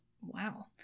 Wow